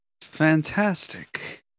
Fantastic